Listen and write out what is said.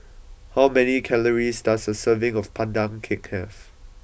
how many calories does a serving of Pandan Cake have